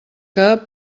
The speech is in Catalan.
que